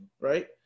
right